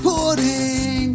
Putting